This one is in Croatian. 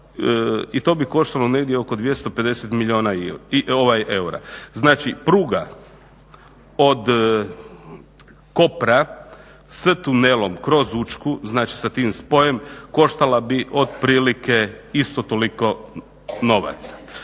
i to bi koštalo negdje oko 250 milijuna eura. Znači, pruga od Kopra s tunelom kroz Učku, znači sa tim spojem koštala bi otprilike isto toliko novaca.